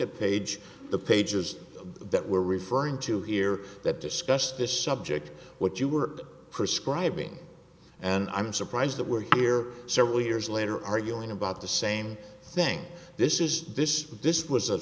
at page the pages that we're referring to here that discuss this subject what you were prescribing and i'm surprised that we're here several years later arguing about the same thing this is this this was a